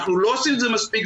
אנחנו לא עושים את זה מספיק,